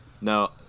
No